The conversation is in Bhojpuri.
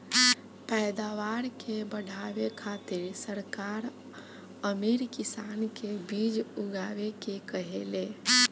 पैदावार के बढ़ावे खातिर सरकार अमीर किसान के बीज उगाए के कहेले